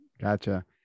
Gotcha